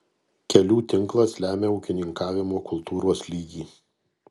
kelių tinklas lemia ūkininkavimo kultūros lygį